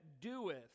doeth